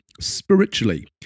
spiritually